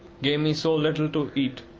gave me so little to eat,